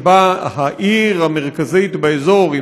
שבה העיר המרכזית באזור,